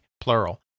plural